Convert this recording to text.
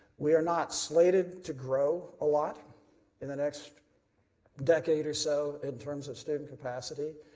we are not slated to grow a lot in the next decade or so in terms of student capacity.